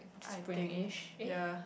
I think ya